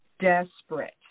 desperate